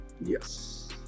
yes